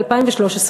ב-2013,